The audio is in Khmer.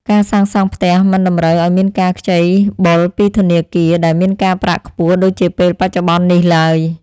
ការសាងសង់ផ្ទះមិនតម្រូវឱ្យមានការខ្ចីបុលពីធនាគារដែលមានការប្រាក់ខ្ពស់ដូចជាពេលបច្ចុប្បន្ននេះឡើយ។